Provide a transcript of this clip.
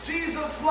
Jesus